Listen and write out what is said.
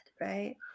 right